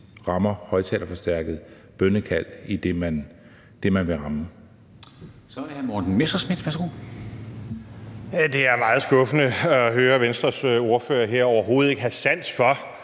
med højtalerforstærket bønnekald i det offentlige rum.